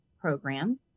program